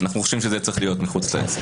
אנחנו חושבים שזה צריך להיות מחוץ לעסק.